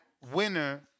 winner